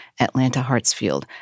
Atlanta-Hartsfield